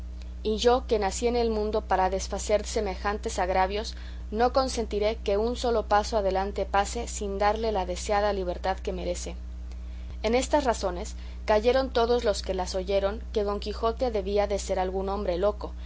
y yo que nací en el mundo para desfacer semejantes agravios no consentiré que un solo paso adelante pase sin darle la deseada libertad que merece en estas razones cayeron todos los que las oyeron que don quijote debía de ser algún hombre loco